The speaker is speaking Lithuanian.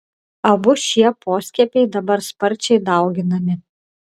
abu šie poskiepiai dabar sparčiai dauginami